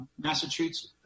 Massachusetts